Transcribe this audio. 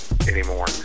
anymore